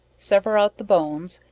sever out the bones,